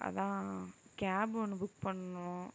அதான் கேப் ஒன்று புக் பண்ணும்